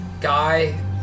guy